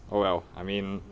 oh well I mean